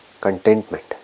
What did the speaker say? contentment